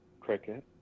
Cricket